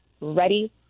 ready